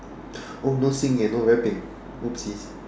oh no Xin-Yuan no rapping !oopsies!